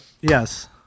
yes